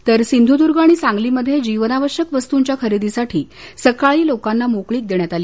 तर सिंधूदर्ग आणि सांगलीमध्ये जीवनावश्यक वस्तूंच्या खरेदीसाठी सकाळी लोकांना मोकळीक देण्यात आली